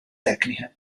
tecniche